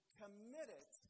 committed